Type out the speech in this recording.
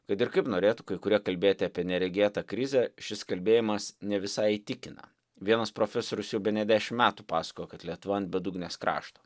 kad ir kaip norėtų kai kurie kalbėti apie neregėtą krizę šis kalbėjimas ne visai įtikina vienas profesorius jau bene dešim metų pasakojo kad lietuva ant bedugnės krašto